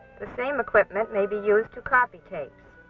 the same equipment may be used to copy tapes.